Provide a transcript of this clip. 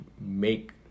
make